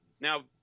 Now